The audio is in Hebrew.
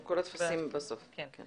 כמו כל הטפסים בסוף, נכון?